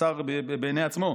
השר בעיני עצמו,